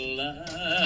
love